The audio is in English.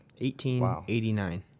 1889